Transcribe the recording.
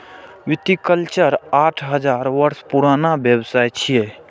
viticulture आठ हजार वर्ष पुरान व्यवसाय छियै